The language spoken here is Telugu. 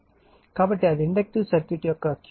కాబట్టి అది ఇండక్టివ్ సర్క్యూట్ యొక్క Q